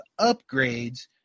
upgrades